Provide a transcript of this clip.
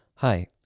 Hi